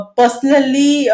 personally